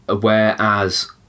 whereas